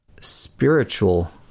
spiritual